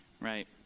right